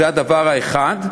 זה הדבר האחד.